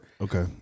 Okay